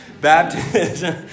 Baptism